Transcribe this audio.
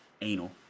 anal